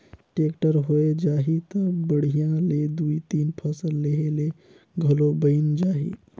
tractor होए जाही त बड़िहा ले दुइ तीन फसल लेहे ले घलो बइन जाही